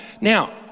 Now